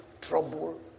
Trouble